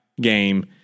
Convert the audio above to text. game